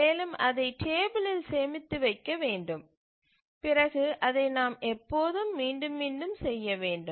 மேலும் அதை ஒரு டேபிளில் சேமித்து வைக்க வேண்டும் பிறகு அதை நாம் எப்போதும் மீண்டும் மீண்டும் செய்ய வேண்டும்